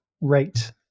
rate